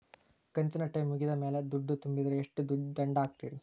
ಕಂತಿನ ಟೈಮ್ ಮುಗಿದ ಮ್ಯಾಲ್ ದುಡ್ಡು ತುಂಬಿದ್ರ, ಎಷ್ಟ ದಂಡ ಹಾಕ್ತೇರಿ?